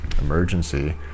emergency